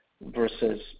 versus